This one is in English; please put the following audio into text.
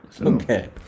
Okay